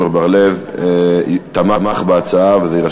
גם חבר הכנסת עמר בר-לב תמך בהצעה, וזה יירשם,